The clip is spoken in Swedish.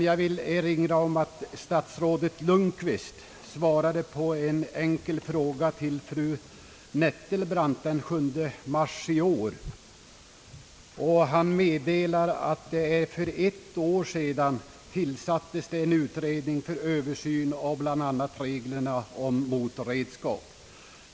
Jag vill emellertid erinra om att statsrådet Lundkvist den 7 mars i år i svar på en enkel fråga av fru Nettelbrandt meddelat, att för ett år sedan tillsattes en utredning för översyn av bl.a. reglerna för motorredskap.